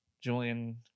Julian